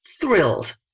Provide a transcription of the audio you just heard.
thrilled